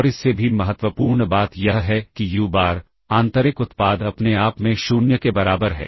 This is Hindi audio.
और इससे भी महत्वपूर्ण बात यह है कि यू बार आंतरिक उत्पाद अपने आप में 0 के बराबर है